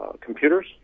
computers